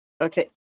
Okay